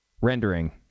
rendering